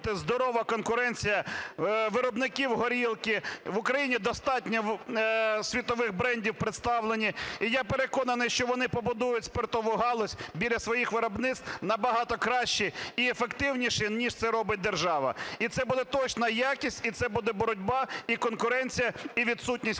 здорова конкуренція виробників горілки. В Україні достатньо світових брендів представлені, і я переконаний, що вони побудують спиртову галузь біля своїх виробництв, набагато краще і ефективніше, ніж це робить держава. І це буде точно якість, і це буде боротьба, і конкуренція, і відсутність корупції.